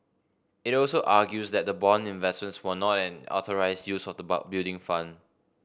it also argues that the bond investments were not an authorised use of the Building Fund